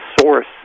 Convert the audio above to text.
source